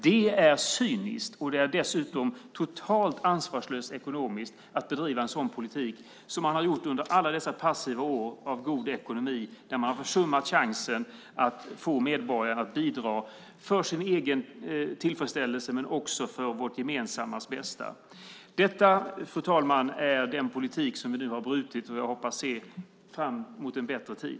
Detta är cyniskt, och det är dessutom ekonomiskt sett totalt ansvarslöst att bedriva en sådan politik som man har gjort under alla dessa passiva år av god ekonomi, när man har försummat chansen att få medborgarna att bidra, för sin egen tillfredsställelses skull, men också för vårt gemensamma bästa. Detta, fru talman, är den politik som vi nu har brutit, och jag hoppas att vi ser fram emot en bättre tid.